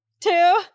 two